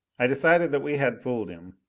i decided that we had fooled him.